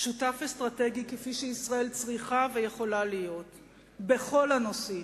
שותף אסטרטגי כפי שישראל צריכה ויכולה להיות בכל הנושאים,